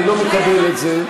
אני לא מקבל את זה,